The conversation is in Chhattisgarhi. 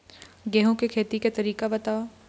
गेहूं के खेती के तरीका बताव?